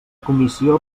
comissió